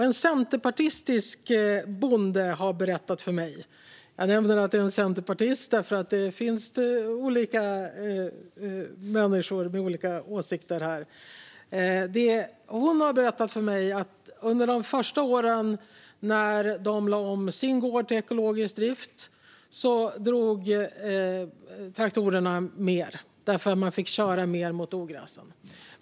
En centerpartistisk bonde - jag nämner att det är en centerpartist därför att det finns olika människor med olika åsikter - har berättat för mig att under de första åren, när de lade om sin gård till ekologisk drift, drog traktorerna mer därför att de fick köra mer mot ogräsen.